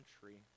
country